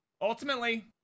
Ultimately